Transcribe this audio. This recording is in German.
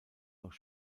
noch